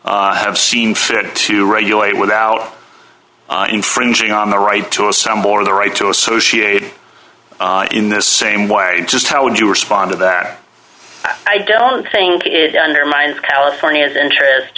fit to regulate without infringing on the right to assemble or the right to associate in this same way just how would you respond to that i don't think it is undermined california's interest